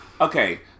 Okay